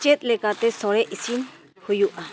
ᱪᱮᱫ ᱞᱮᱠᱟᱛᱮ ᱥᱚᱲᱮ ᱤᱥᱤᱱ ᱦᱩᱭᱩᱜᱼᱟ